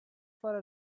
for